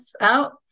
out